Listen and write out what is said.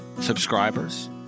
subscribers